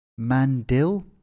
Mandil